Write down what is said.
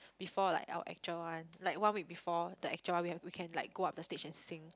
before like our actual one like one week before the actual one we have we can like go up the stage and sing